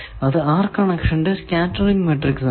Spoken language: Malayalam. അത് R കണക്ഷന്റെ സ്കേറ്ററിങ് മാട്രിക്സ് ആണ്